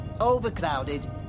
Overcrowded